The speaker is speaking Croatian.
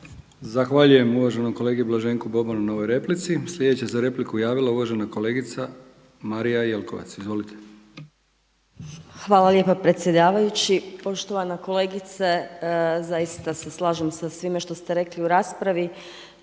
Zahvaljujem uvaženom kolegi Blaženku Bobanu na ovoj replici. Sljedeća se za repliku javila uvažena kolegica Marija Jelkovac. Izvolite. **Jelkovac, Marija (HDZ)** Hvala lijepa predsjedavajući. Poštovana kolegice zaista se slažem sa svim što ste rekli u raspravi